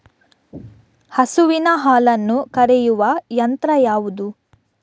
ಹಸುವಿನ ಹಾಲನ್ನು ಕರೆಯುವ ಯಂತ್ರ ಯಾವುದು?